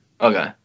Okay